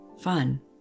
fun